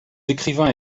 écrivains